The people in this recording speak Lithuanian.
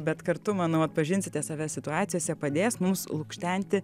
bet kartu manau atpažinsite save situacijose padės mums lukštenti